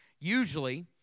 Usually